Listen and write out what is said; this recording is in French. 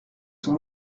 son